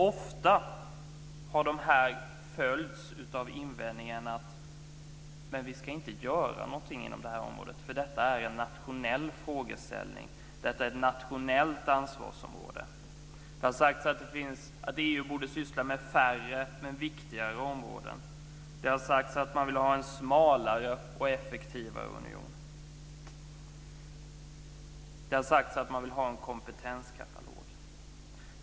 Ofta har de här problemen följts av invändningen: Vi ska inte göra något på det här området, för detta är en nationell frågeställning och ett nationellt ansvarsområde. Det har sagts att EU borde syssla med färre, men viktigare områden. Det har sagts att man vill ha en smalare och effektivare union. Det har sagts att man vill ha en kompetenskatalog.